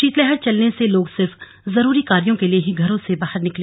शीतलहर चलने से लोग सिर्फ जरूरी कार्यों के लिए ही घरों से बाहर निकले